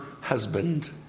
husband